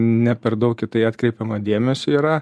ne per daug į tai atkreipiama dėmesio yra